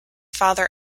father